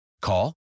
Call